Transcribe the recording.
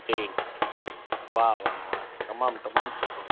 जी वाह वाह वाह तमामु तमामु सुठो